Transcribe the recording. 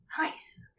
Nice